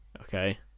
Okay